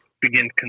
begin